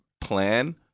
plan